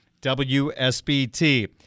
WSBT